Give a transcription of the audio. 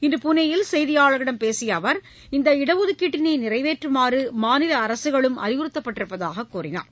இன்று புனேயில் செய்தியாளர்களிடம் பேசிய அவர் இந்த இடஒதுக்கீட்டினை நிறைவேற்றுமாறு மாநில அரசுகளுக்கும் அறிவுறுத்தப்பட்டிருப்பதாக கூறினார்